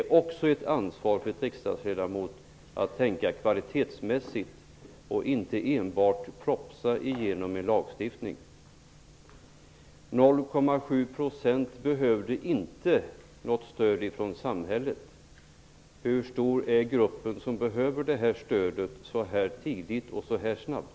En riksdagsledamot har också ett ansvar att tänka kvalitetsmässigt och inte propsa på att få igenom en lagstiftning. 0,7 % behöver inte något stöd från samhället, sade Elisabeth Persson. Hur stor är gruppen som behöver det här stödet så här tidigt och så här snabbt?